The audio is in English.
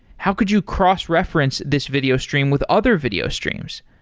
how could you cross-reference this video stream with other video streams?